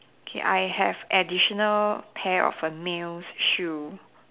K I have additional pair of a males shoe